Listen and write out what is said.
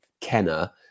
Kenner